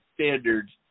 standards